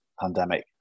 pandemic